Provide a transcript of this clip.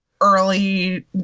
early